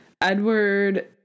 Edward